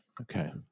Okay